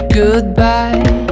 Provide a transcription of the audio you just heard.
goodbye